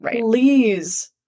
please